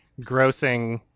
grossing